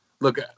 Look